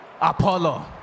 Apollo